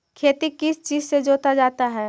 खेती किस चीज से जोता जाता है?